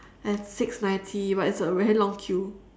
it's six ninety but it's a very long queue